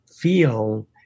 feel